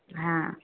हँ